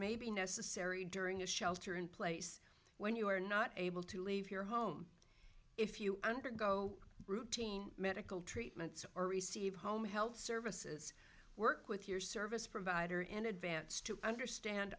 may be necessary during a shelter in place when you are not able to leave your home if you undergo routine medical treatments or receive home health services work with your service provider in advance to understand